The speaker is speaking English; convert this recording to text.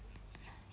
mm